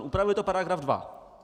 Upravuje to § 2.